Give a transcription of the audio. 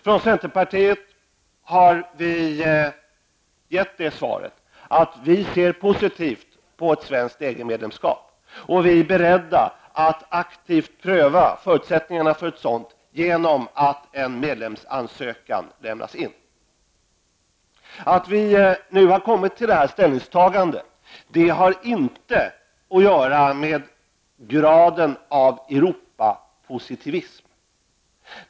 Vi i centerpartiet har givit det svaret att vi ser positivt på ett svenskt EG-medlemskap, och vi är beredda att aktivt pröva förutsättningarna för ett sådant medlemskap genom att en medlemsansökan lämnas in. Att vi nu kommit till detta ställningstagande har inte att göra med graden av Europapositivism.